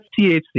THC